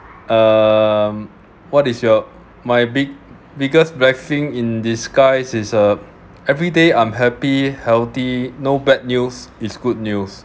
um what is your my big~ biggest blessing in disguise is a everyday I'm happy healthy no bad news is good news